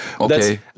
okay